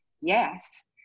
Yes